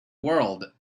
world